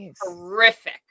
horrific